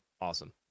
awesome